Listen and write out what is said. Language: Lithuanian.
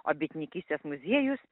o bitininkystės muziejus